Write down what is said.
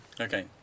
Okay